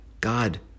God